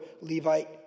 Levite